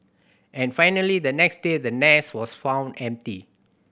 and finally the next day the nest was found empty